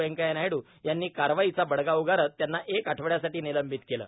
वेंकय्या नायडू यांनी कारवाईचा बडगा उगारत त्यांना एक आठवड्यासाठी निलंबित केलं